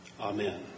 Amen